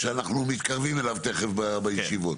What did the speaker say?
שאנחנו מתקרבים אליו תיכף בישיבות.